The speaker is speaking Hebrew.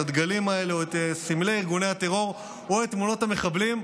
הדגלים האלה או את סמלי ארגוני הטרור או את תמונות המחבלים,